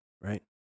right